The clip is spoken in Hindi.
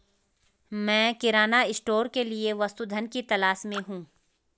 मैं किराना स्टोर के लिए वस्तु धन की तलाश में हूं